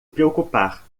preocupar